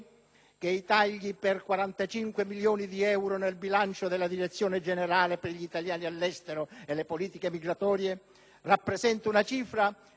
che i tagli di 45 milioni di euro nel bilancio della Direzione generale per gli italiani all'estero e le politiche migratorie rappresenta una cifra